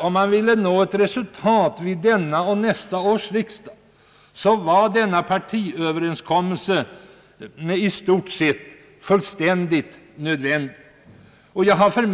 om man ville nå ett resultat vid detta och nästa års riksdag — man må sedan i allmänhet ogilla eller inte överenskommelser av detta slag före riksdagsbehandlingen av en viss fråga.